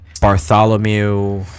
Bartholomew